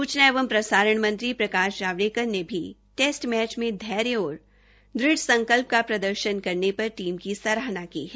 सूचना एवं प्रसारण मंत्री प्रकाश जावड़ेकर ने भी टेस्ट मैच में धैर्य और दढ़ संकल्प का प्रदर्शन करने पर टीम की सराहना की है